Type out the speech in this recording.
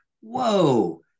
whoa